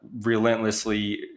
relentlessly